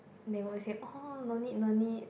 they always say oh no need no need